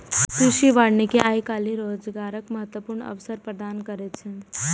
कृषि वानिकी आइ काल्हि रोजगारक महत्वपूर्ण अवसर प्रदान करै छै